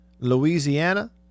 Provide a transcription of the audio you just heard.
Louisiana